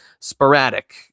sporadic